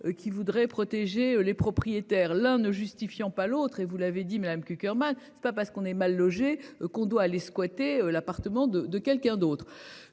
qui voudraient protéger les propriétaires là ne justifiant pas l'autre et vous l'avez dit, Madame, Tucker mal c'est pas parce qu'on est mal logé, qu'on doit aller squatter l'appartement de de quelqu'un d'autre.